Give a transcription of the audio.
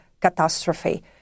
catastrophe